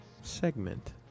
segment